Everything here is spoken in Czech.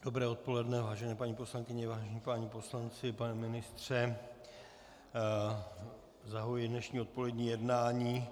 Dobré odpoledne, vážené paní poslankyně, vážení páni poslanci, pane ministře, zahajuji dnešní odpolední jednání.